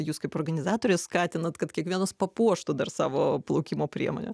jūs kaip organizatorės skatinat kad kiekvienas papuoštų dar savo plaukimo priemonę